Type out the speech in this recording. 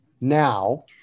now